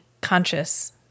conscious